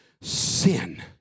sin